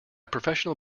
professional